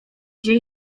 gdzie